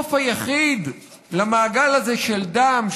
הסוף היחיד למעגל הזה של דם,